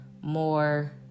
more